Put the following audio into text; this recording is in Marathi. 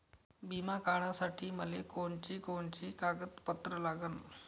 बिमा काढासाठी मले कोनची कोनची कागदपत्र लागन?